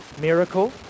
miracle